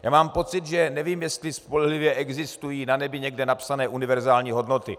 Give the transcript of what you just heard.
Já mám pocit, nevím, jestli spolehlivě existují na nebi někde napsané univerzální hodnoty.